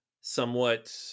somewhat